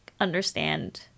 understand